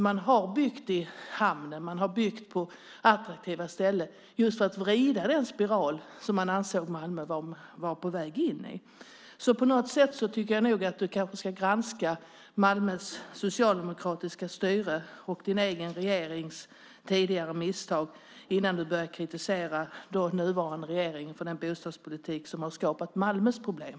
Man har byggt i hamnen och på andra attraktiva ställen för att vrida den spiral som man anser Malmö vara på väg in i. Leif Jakobsson ska kanske granska Malmös socialdemokratiska styre och sin egen regerings tidigare misstag innan han börjar kritisera den nuvarande regeringen för den bostadspolitik som skapat Malmös problem.